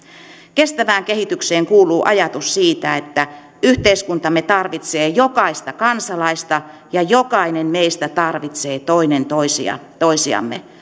kestävään kehitykseen kuuluu ajatus siitä että yhteiskuntamme tarvitsee jokaista kansalaista ja jokainen meistä tarvitsee toinen toisiamme